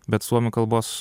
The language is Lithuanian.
bet suomių kalbos